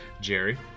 Jerry